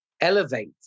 elevate